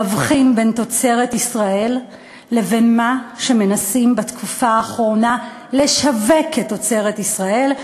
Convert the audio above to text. בין תוצרת ישראל לבין מה שמנסים בתקופה האחרונה לשווק כתוצרת ישראל.